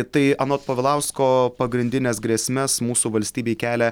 tai anot povilausko pagrindines grėsmes mūsų valstybei kelia